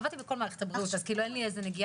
עבדתי בכל מערכת הבריאות אז אין לי נגיעה.